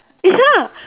ya